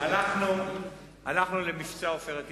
הלכנו למבצע "עופרת יצוקה".